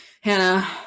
Hannah